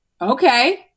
Okay